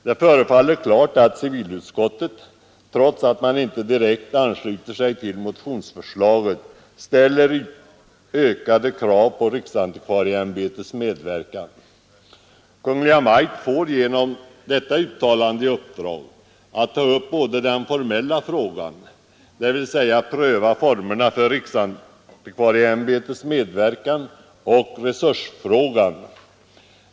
Det förefaller klart att civilutskottet, trots att man inte direkt ansluter sig till motionsförslaget, ställer ökade krav på riksantikvarieämbetets medverkan. Kungl. Maj:t får genom detta uttalande i uppdrag att ta upp både den formella frågan — dvs. att pröva formerna för riksantikvarieämbetets medverkan — och resursfrågan.